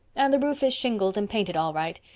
and the roof is shingled and painted all right.